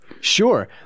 Sure